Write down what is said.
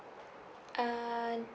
uh